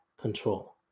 control